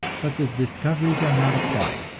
but the discoveries are not applied,